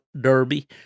Derby